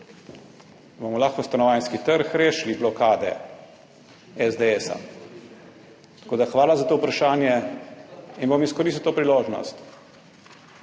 bomo lahko stanovanjski trg rešili blokade SDS. Tako da hvala za to vprašanje in bom izkoristil to priložnost.